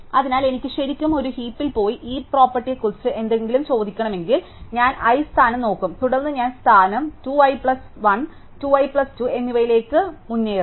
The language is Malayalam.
അതിനാൽ എനിക്ക് ശരിക്കും ഒരു ഹീപിൽ പോയി ഹീപ് പ്രോപ്പർട്ടിനെക്കുറിച്ച് എന്തെങ്കിലും ചോദിക്കണമെങ്കിൽ ഞാൻ i സ്ഥാനം നോക്കും തുടർന്ന് ഞാൻ സ്ഥാനം 2 i പ്ലസ് 1 2 i പ്ലസ് 2 എന്നിവയിലേക്ക് മുന്നേറും